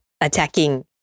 attacking